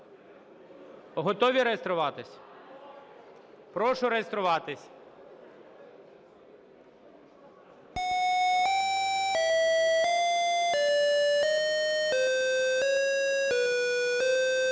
Готові реєструватись? Прошу реєструватись.